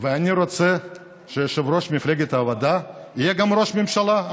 ואני רוצה שיושב-ראש מפלגת העבודה יהיה גם ראש ממשלה,